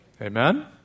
Amen